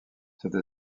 cette